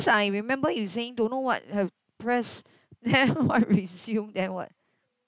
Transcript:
because I remember you saying don't know what have press then what resume then what